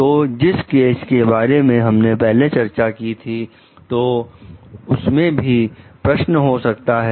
तो जिस केस के बारे में हमने पहले चर्चा की थी तो उसमें भी प्रश्न हो सकता है